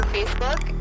Facebook